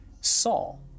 saul